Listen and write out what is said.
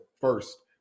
first